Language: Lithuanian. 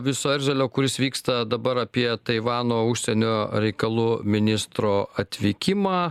viso erzelio kuris vyksta dabar apie taivano užsienio reikalų ministro atvykimą